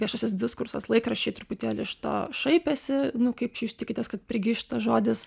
viešasis diskursas laikraščiai truputėlį iš to šaipėsi nu kaip čia jūs tikitės kad prigis šitas žodis